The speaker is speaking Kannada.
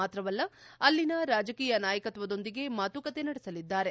ಮಾತ್ರವಲ್ಲ ಅಲ್ಲಿನ ರಾಜಕೀಯ ನಾಯಕರೊಂದಿಗೆ ಮಾತುಕತೆ ನಡೆಸಲಿದ್ದಾರೆ